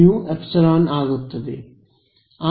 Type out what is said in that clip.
A ωμε ಆಗುತ್ತದೆ